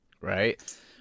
Right